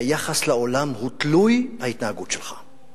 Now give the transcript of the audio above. שהיחס לעולם הוא תלוי ההתנהגות שלך.